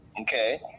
Okay